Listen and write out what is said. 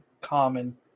common